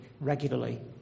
regularly